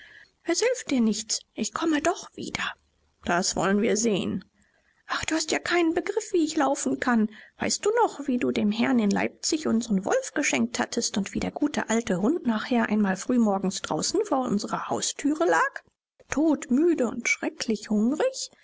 es hilft dir nichts ich komme doch wieder das wollen wir sehen ach du hast ja keinen begriff wie ich laufen kann weißt du noch wie du dem herrn in leipzig unseren wolf geschenkt hattest und wie der gute alte hund nachher einmal frühmorgens draußen vor unserer hausthüre lag todmüde und schrecklich hungrig